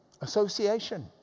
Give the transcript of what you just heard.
association